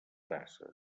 tasses